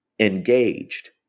Engaged